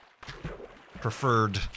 preferred